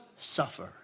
suffer